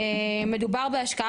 מדובר בהשקעה